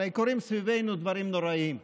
הרי קורים סביבנו דברים נוראים.